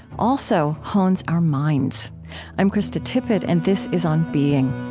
also hones our minds i'm krista tippett, and this is on being